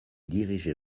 dirigeait